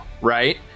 right